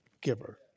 giver